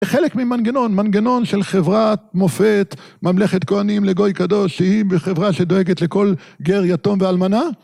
זה חלק ממנגנון, מנגנון של חברת מופת, ממלכת כהנים לגוי קדוש, שהיא חברה שדואגת לכל גר, יתום ואלמנה.